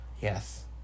Yes